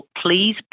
Please